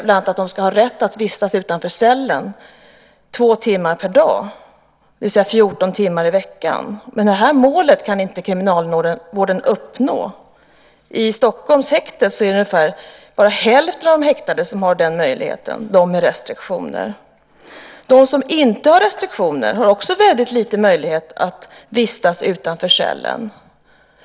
Bland annat ska de ha rätt att vistas utanför cellen två timmar per dag, det vill säga 14 timmar i veckan. Det målet kan inte kriminalvården uppnå. I Stockholms häkte är det bara ungefär hälften av de häktade med restriktioner som har den möjligheten. De som inte har restriktioner har också väldigt små möjligheter att vistas utanför cellen.